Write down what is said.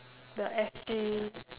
the S_G